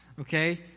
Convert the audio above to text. Okay